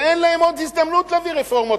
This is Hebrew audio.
ואין להם עוד הזדמנות להביא רפורמות,